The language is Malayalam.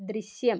ദൃശ്യം